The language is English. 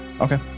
Okay